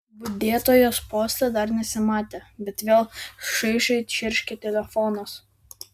budėtojos poste dar nesimatė bet vėl šaižiai čirškė telefonas